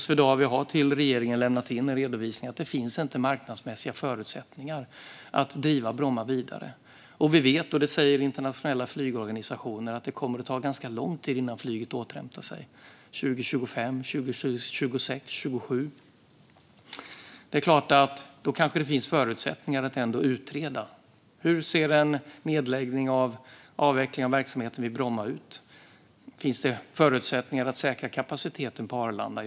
Swedavia har till regeringen lämnat in en redovisning som visar att det inte finns marknadsmässiga förutsättningar att driva Bromma vidare. Vi vet från internationella flygorganisationer att det kommer att ta ganska lång tid innan flyget återhämtar sig - till 2025, 2026 eller 2027. Det är klart att det då kanske finns förutsättningar att ändå utreda hur en nedläggning och avveckling av verksamheten vid Bromma kan se ut och om det finns förutsättningar att säkra kapaciteten på Arlanda.